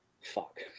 fuck